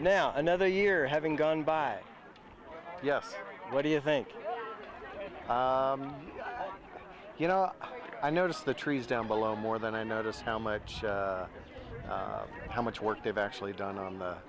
now another year having gone by yes what do you think you know i noticed the trees down below more than i notice how much how much work they've actually done on